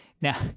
Now